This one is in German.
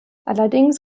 allerdings